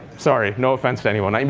sorry. no offense to anyone. i mean